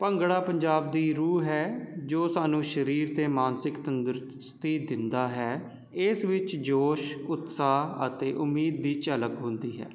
ਭੰਗੜਾ ਪੰਜਾਬ ਦੀ ਰੂਹ ਹੈ ਜੋ ਸਾਨੂੰ ਸਰੀਰ ਅਤੇ ਮਾਨਸਿਕ ਤੰਦਰੁਸਤੀ ਦਿੰਦਾ ਹੈ ਇਸ ਵਿੱਚ ਜੋਸ਼ ਉਤਸਾਹ ਅਤੇ ਉਮੀਦ ਦੀ ਝਲਕ ਹੁੰਦੀ ਹੈ